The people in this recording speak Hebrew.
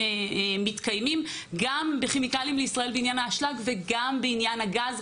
מתקיימים גם בכימיקלים לישראל בעניין האשלג וגם בעניין הגז.